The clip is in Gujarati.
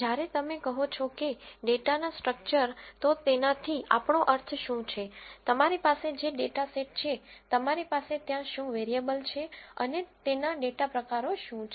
જ્યારે તમે કહો છો કે ડેટાના સ્ટ્રક્ચર તો તેનાથી આપણો અર્થ શું છે તમારી પાસે જે ડેટા સેટ છે તમારી પાસે ત્યાં શું વેરીએબલ છે અને તેના ડેટા પ્રકારો શું છે